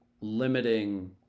limiting